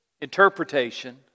interpretation